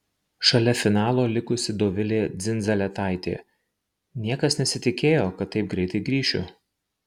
šalia finalo likusi dovilė dzindzaletaitė niekas nesitikėjo kad taip greitai grįšiu